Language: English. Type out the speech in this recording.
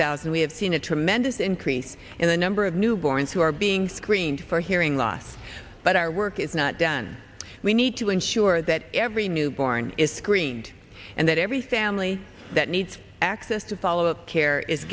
thousand we have seen a tremendous increase in the number of newborns who are being screened for hearing loss but our work is not done we need to ensure that every newborn is screened and that every family that needs access to follow up care is